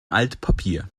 altpapier